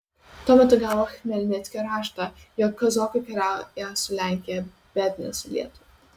tuo metu gavo chmelnickio raštą jog kazokai kariauja su lenkija bet ne su lietuva